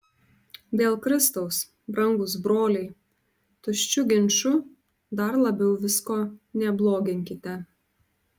dėl kristaus brangūs broliai tuščiu ginču dar labiau visko nebloginkite